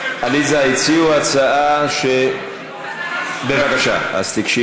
עליזה, הציעו הצעה, אז אני רוצה לענות.